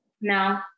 No